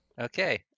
Okay